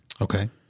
Okay